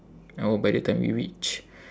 I hope by the time we reach